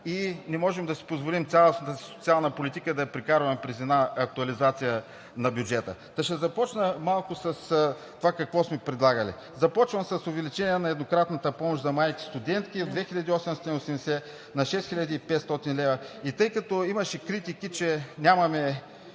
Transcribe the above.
и не можем да си позволим цялостната си социална политика да я прекарваме през една актуализация на бюджета. Ще започна малко с това какво сме предлагали. Започвам с увеличение на еднократната помощ за майки студентки – 2880 на 6500 лв., и тъй като имаше критики, че нямаме